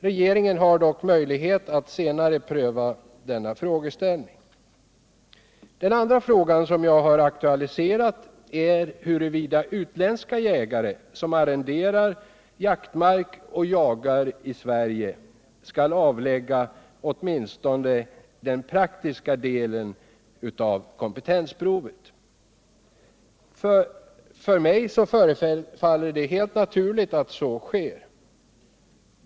Regeringen har dock möjlighet att senare pröva denna Den andra frågan jag har aktualiserat är huruvida utländska jägare som arrenderar jaktmark och jagar i Sverige skall avlägga åtminstone den praktiska delen av kompetensprovet. För mig förefaller det helt naturligt att så sker.